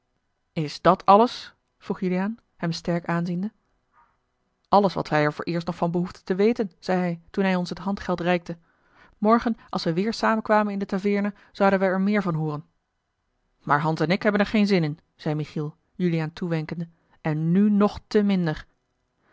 is dat alles vroeg juliaan hem strak aanziende alles wat wij er vooreerst nog van behoefden te weten zeî hij toen hij ons het handgeld reikte morgen als we weêr samen kwamen in de taveerne zouden wij er meer van hooren maar hans en ik hebben er geen zin in zeî michiel juliaan toewenkende en nu nog te minder